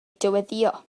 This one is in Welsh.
dyweddïo